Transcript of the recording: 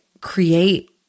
create